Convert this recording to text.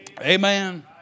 Amen